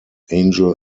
angel